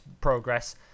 progress